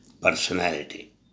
personality